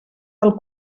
del